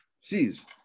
sees